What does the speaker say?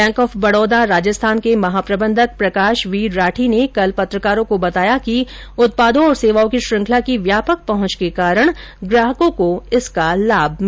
bank of Baroda Rajasthan के महाप्रबंधक प्रकाशवीर राठी ने कल पत्रकारों को बताया कि उत्पादों और सेवाओं की श्रंखला की व्यापक पहंच के कारण ग्राहकों को इसका लाभ मिलेगा